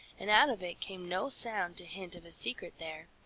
and out of it came no sound to hint of a secret there.